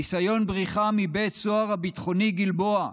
ניסיון בריחה מבית סוהר הביטחוני גלבוע,